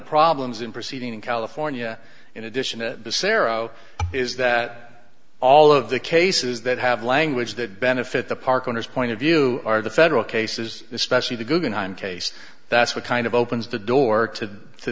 problems in proceeding in california in addition to the cerro is that all of the cases that have language that benefit the park owners point of view are the federal cases especially the guggenheim case that's what kind of opens the door to t